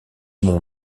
mont